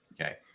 Okay